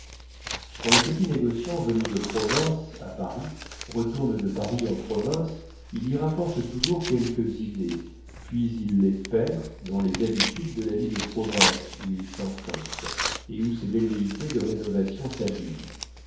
quand le petit négociant venu de province à paris retourne de paris en province il y rapporte toujours quelques idées puis il les perd dans les habitudes de la vie de province où il s'enfonce et où ses velléités de rénovation s'abîment